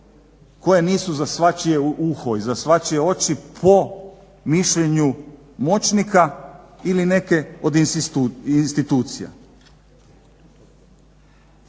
koje nisu za svačije uho i za svačije oči po mišljenju moćnika ili neke od institucija.